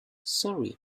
sorry